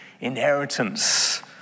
inheritance